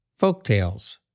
folktales